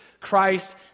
Christ